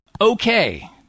Okay